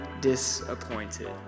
disappointed